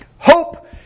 Hope